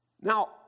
Now